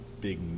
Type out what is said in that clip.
big